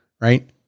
right